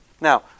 Now